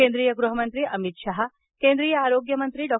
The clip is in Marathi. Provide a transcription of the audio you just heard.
केंद्रीय गृहमंत्री अमित शाह केंद्रीय आरोग्यमंत्री डॉ